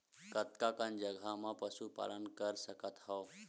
कतका कन जगह म पशु पालन कर सकत हव?